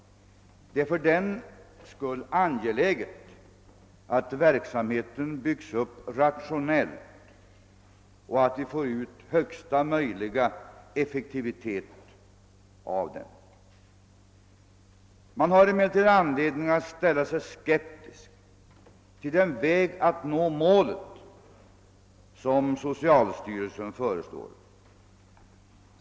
Fördenskull är det angeläget att verksamheten byggs upp rationellt och att vi får ut högsta möjliga effektivitet av den. Man har emellertid anledning att ställa sig skeptisk till den väg att nå målet som socialstyrelsen föreslår.